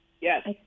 Yes